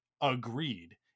Agreed